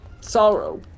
sorrow